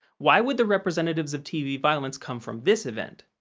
why would the representatives of tv violence come from this event?